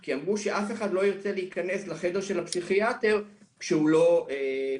כי אמרו שאף אחד לא ירצה להיכנס לחדר של הפסיכיאטר כשהוא לא נסתר.